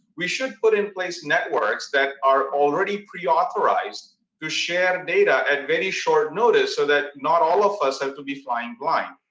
we should put in place networks that are already preauthorized to share data at very short notice so that not all of us have to be flying blind.